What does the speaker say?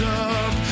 up